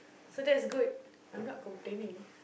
so that's good I'm not complaining